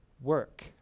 work